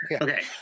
Okay